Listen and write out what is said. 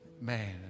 man